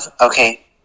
Okay